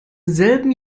selben